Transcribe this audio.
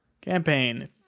Campaign